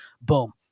Boom